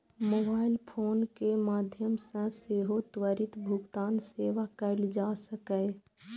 mobile phone के माध्यम सं सेहो त्वरित भुगतान सेवा कैल जा सकैए